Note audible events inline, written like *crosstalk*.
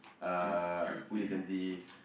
*noise* uh police and thief